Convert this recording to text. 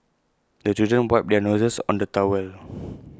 the children wipe their noses on the towel